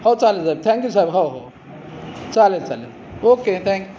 हो चालेल साहेब थँक यू साहेब हो हो हो चालेल चालेल ओके थँक्स